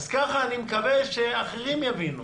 כך אני מקווה שאחרים יבינו.